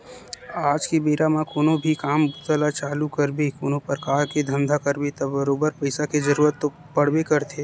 आज के बेरा म कोनो भी काम बूता ल चालू करबे कोनो परकार के धंधा करबे त बरोबर पइसा के जरुरत तो पड़बे करथे